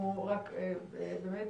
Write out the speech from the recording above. רק חשוב